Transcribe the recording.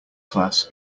class